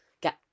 get